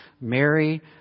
Mary